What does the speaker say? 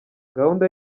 gahunda